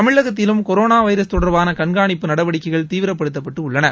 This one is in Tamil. தமிழகத்திலும் கொரோனா வைரஸ் தொடர்பான கண்காணிப்பு நடவடிக்கைகள் தீவிரப்படுத்தப்பட்டு உள்ளன